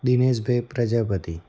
Dineshbhai Prajapati